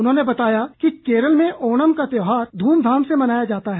उन्होंने बताया कि केरल में ओणम का त्यौहार धूमधाम से मनाया जाता है